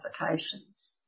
applications